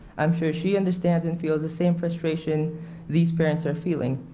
i'm sure she understands and feels the same frustration these parents are feeling.